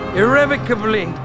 irrevocably